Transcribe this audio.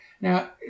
Now